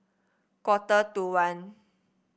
quarter to one